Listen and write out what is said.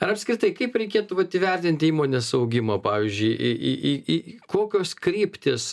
ar apskritai kaip reikėtų vat įvertinti įmonės augimą pavyzdžiui į į į į kokios kryptys